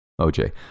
OJ